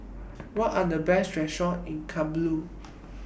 What Are The Best Restaurant in Kabul